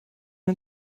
ein